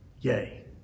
yay